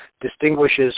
distinguishes